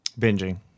Binging